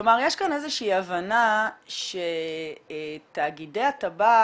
כלומר יש כאן איזו שהיא הבנה שתאגידי הטבק,